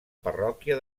parròquia